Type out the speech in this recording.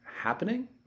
happening